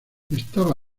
estaba